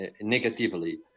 negatively